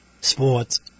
sports